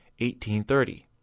1830